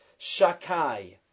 Shakai